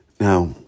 Now